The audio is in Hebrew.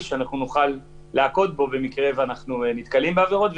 שאנחנו נוכל להכות בו במקרה ואנחנו נתקלים בעבירות.